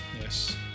Yes